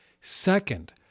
Second